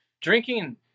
Drinking